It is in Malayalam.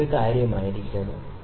ഇത് ഒരു കാര്യമായിരുന്നു